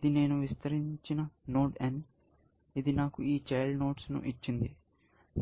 ఇది నేను విస్తరించిన నోడ్ n ఇది నాకు ఈ చైల్డ్ నోడ్స్ ను ఇచ్చింది